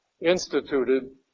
instituted